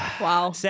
Wow